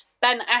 Ben